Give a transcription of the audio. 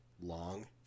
long